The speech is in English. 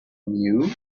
knew